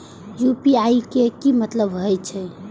UPI के की मतलब हे छे?